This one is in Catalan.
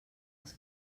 els